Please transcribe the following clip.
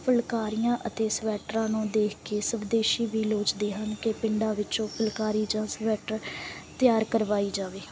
ਫੁਲਕਾਰੀਆਂ ਅਤੇ ਸਵੈਟਰਾਂ ਨੂੰ ਦੇਖ ਕੇ ਸਵਦੇਸ਼ੀ ਵੀ ਲੋਚਦੇ ਹਨ ਕਿ ਪਿੰਡਾਂ ਵਿੱਚੋਂ ਫੁਲਕਾਰੀ ਜਾਂ ਸਵੈਟਰ ਤਿਆਰ ਕਰਵਾਈ ਜਾਵੇ